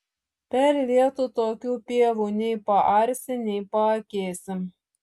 per lietų tokių pievų nei paarsi nei paakėsi